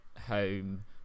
home